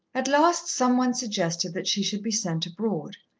at last some one suggested that she should be sent abroad.